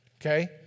Okay